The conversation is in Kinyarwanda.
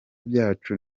byacu